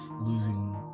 losing